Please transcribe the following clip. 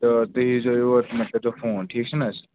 تہٕ تُہۍ ییٖزیٚو یور مےٚ کٔرزیٚو فون ٹھیٖک چھُ نہٕ حظ